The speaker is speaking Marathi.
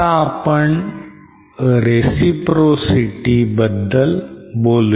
आता आपण बोलूया reciprocity बद्दल